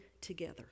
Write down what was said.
together